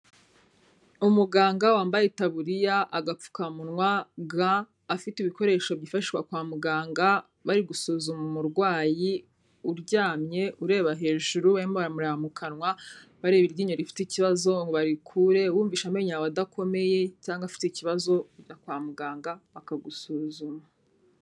Umuganga wambaye itaburiya, agapfukamunwa, ga, afite ibikoresho byifashishwa kwa muganga, bari gusuzuma umurwayi uryamye, ureba hejuru, barimo baramureba mu kanwa, bareba iryinyo rifite ikibazo ngo barikure, wumvishe amenyo yawe adakomeye cyangwa afite ikibazo ujya kwa muganga bakagusuzuma.